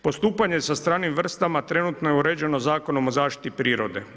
Postupanje sa stranim vrstama trenutno je uređenom Zakonom o zaštiti prirode.